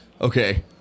Okay